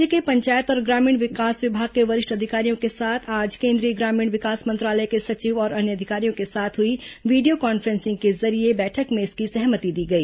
राज्य के पंचायत और ग्रामीण विकास विभाग के वरिष्ठ अधिकारियों के साथ आज केंद्रीय ग्रामीण विकास मंत्रालय के सचिव और अन्य अधिकारियों के साथ हुई वीडियो कॉन्फ्रेंसिंग के जरिये बैठक में इसकी सहमति दी गई